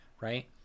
right